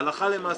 הלכה למעשה,